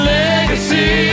legacy